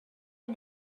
mam